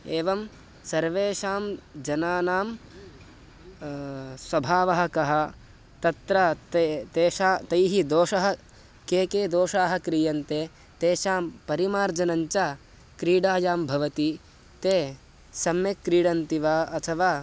एवं सर्वेषां जनानां स्वभावः कः तत्र ते तेषां तैः दोषाः के के दोषाः क्रियन्ते तेषां परिमार्जनं च क्रीडायां भवति ते सम्यक् क्रीडन्ति वा अथवा